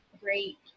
great